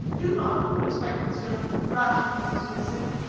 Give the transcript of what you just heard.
do not, respected sir, rashly dismiss him.